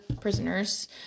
prisoners